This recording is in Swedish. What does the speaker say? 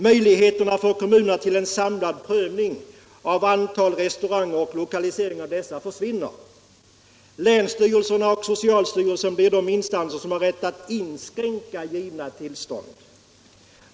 Möjligheterna för kommunerna till en samlad prövning av antalet restauranger och lokaliseringen av dessa försvinner. Länsstyrelserna och socialstyrelsen blir de instanser som har rätt att inskränka givna tillstånd.